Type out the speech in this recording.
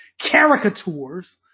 caricatures